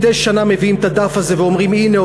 מדי שנה מביאים את הדף הזה ואומרים: הנה,